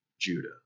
Judah